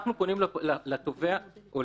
אנחנו פונים לתובע או